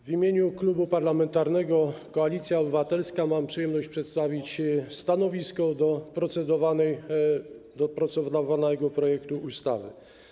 W imieniu Klubu Parlamentarnego Koalicja Obywatelska mam przyjemność przedstawić stanowisko do procedowanego projektu ustawy.